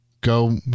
Go